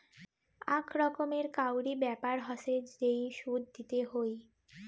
আক রকমের কাউরি ব্যাপার হসে যেই সুদ দিতে হই